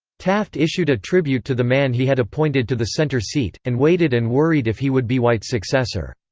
taft issued a tribute to the man he had appointed to the center seat, and waited and worried if he would be white's successor.